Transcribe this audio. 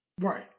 Right